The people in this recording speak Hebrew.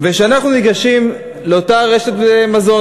כשאנחנו ניגשים לאותה רשת מזון,